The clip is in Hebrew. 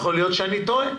יכול להיות שאני טועה.